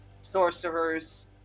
sorcerers